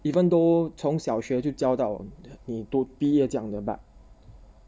even though 从小学就教到你都毕业这样的 but